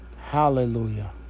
hallelujah